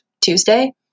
Tuesday